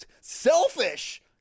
Selfish